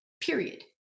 period